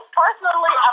personally